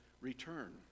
return